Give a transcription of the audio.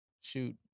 shoot